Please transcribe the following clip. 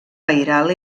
pairal